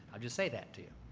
i'll just say that to you.